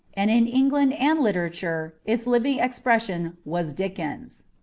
and in england and literature its living expression was dickens.